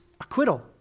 acquittal